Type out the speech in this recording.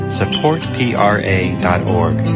supportpra.org